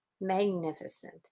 magnificent